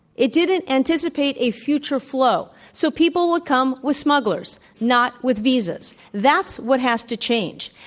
it didn't anticipate a future flow. so people would come with smugglers, not with visas. that's what has to change.